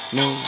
no